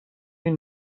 این